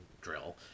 drill